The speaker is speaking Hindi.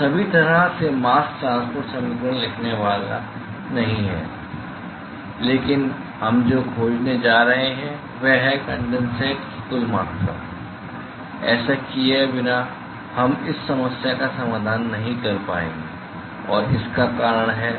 तो सभी तरह से मास्क ट्रांसपोर्ट समीकरण लिखने वाला नहीं है लेकिन हम जो खोजने जा रहे हैं वह है कनडेनसेट की कुल मात्रा ऐसा किए बिना हम इस समस्या का समाधान नहीं कर पाएंगे और इसका कारण है